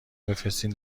بفرستین